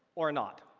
or or not.